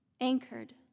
anchored